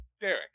Derek